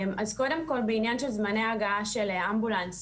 אז קודם כל בעניין של זמני הגעה של אמבולנסים,